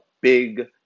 big